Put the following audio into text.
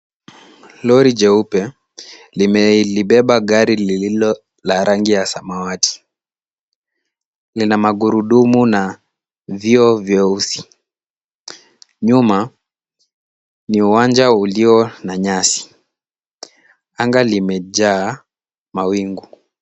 Lori jeupe, limelibeba gari lililo la rangi ya samawati. Lina magurudumu na vyo vyeusi. Nyuma, ni uwanja ulio na nyasi. Anga limejaa mawingu.